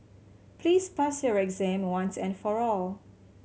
please pass your exam once and for all